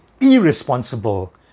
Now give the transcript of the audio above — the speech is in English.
irresponsible